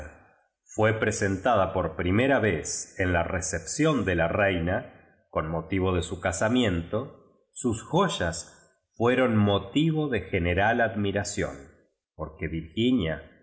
fue presentada por pri mera vez en la recepción de la reina con mo tivo do bu casamiento sus joyas fueron mo tivo de general admiración porque virginia